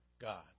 God